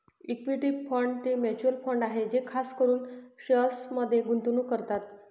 equity fund ते mutual fund आहे जे खास करून शेअर्समध्ये गुंतवणूक करतात